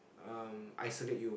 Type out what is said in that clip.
um isolate you